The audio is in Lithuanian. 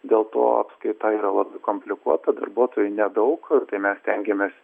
dėl to apskaita yra labai komplikuota darbuotojų nedaug tai mes stengiamės